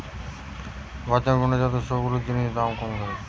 budget মানে যাতে সব গুলা জিনিসের দাম থাকে